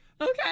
Okay